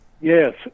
Yes